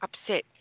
upset